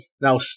now